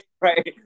Right